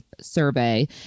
survey